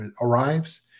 arrives